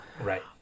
right